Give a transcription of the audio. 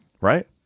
Right